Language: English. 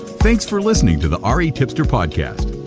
thanks for listening to the um retipster podcast.